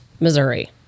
Missouri